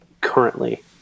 currently